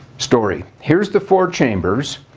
story. here's the four chambers.